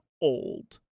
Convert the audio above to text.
old